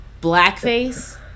blackface